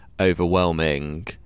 overwhelming